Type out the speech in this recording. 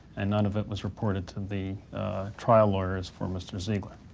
and none of it was reported to the trial lawyers for mr. zeigler.